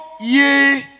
ye